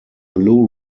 blue